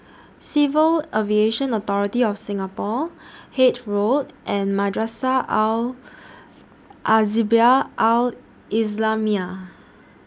Civil Aviation Authority of Singapore Hythe Road and Madrasah Al Al Islamiah